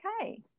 okay